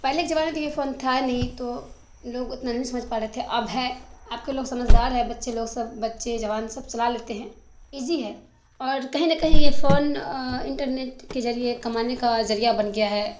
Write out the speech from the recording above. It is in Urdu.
پہلے کے زمانے میں تو یہ فون تھا نہیں تو لوگ اتنا نہیں سمجھ پاتے تھے اب ہے اب کے لوگ سمجھدار ہے بچے لوگ سب بچے جوان سب چلا لیتے ہیں ایزی ہے اور کہیں نہ کہیں یہ فون انٹرنیٹ کے ذریعے کمانے کا ذریعہ بن گیا ہے